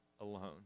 alone